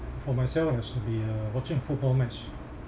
for myself it has to be uh watching a football match